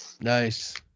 Nice